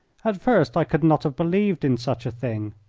at first i could not have believed in such a thing,